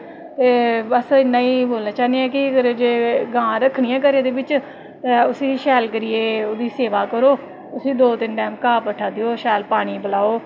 ते बैसे इ'न्ना ई बोलना चाह्न्नीं आं कि अगर जे गांऽ रक्खनी ऐ घरै दे बिच तां उसी शैल करियै ओह्दी सेवा करो उसी दो तिन्न टैम घाऽ भट्ठा पाओ शैल पानी पलैओ